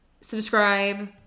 subscribe